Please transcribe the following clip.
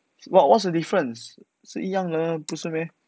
what what's the difference 是一样的不是 meh